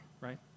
right